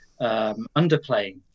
underplaying